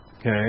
Okay